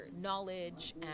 knowledge